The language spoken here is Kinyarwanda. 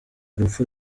urupfu